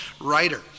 writer